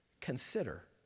consider